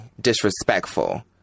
disrespectful